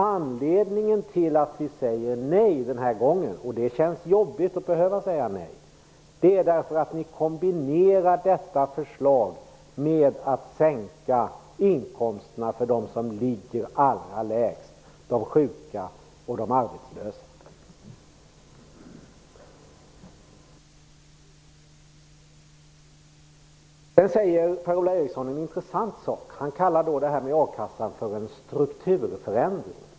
Anledningen till att vi säger nej den här gången - och det känns jobbigt att behöva säga nej - är att ni kombinerar detta förslag med att sänka inkomsterna för dem som ligger allra lägst, de sjuka och de arbetslösa. Sedan säger Per-Ola Eriksson en intressant sak. Han kallar detta med a-kassan för en strukturförändring.